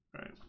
right